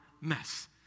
mess